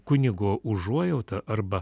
kunigo užuojautą arba